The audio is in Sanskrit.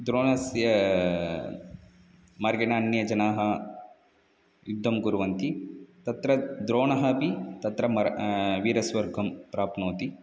द्रोणस्य मार्गेण अन्ये जनाः युद्धं कुर्वन्ति तत्र द्रोणः अपि तत्र मर् वीरस्वर्गं प्राप्नोति